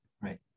Right